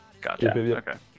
Gotcha